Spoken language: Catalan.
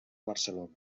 barcelona